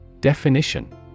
Definition